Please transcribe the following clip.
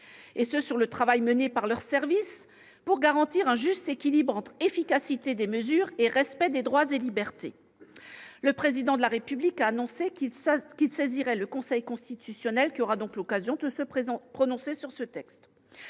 quant au travail mené par leurs services pour garantir un juste équilibre entre efficacité des mesures et respect des droits et libertés. Le Président de la République a annoncé qu'il saisirait le Conseil constitutionnel : ce dernier aura donc l'occasion de se prononcer sur le texte.